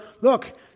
Look